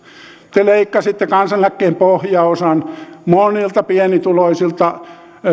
te leikkasitte kansaneläkkeen pohjaosan monelta pienituloiselta